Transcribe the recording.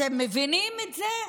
אתם מבינים את זה?